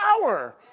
power